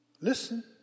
Listen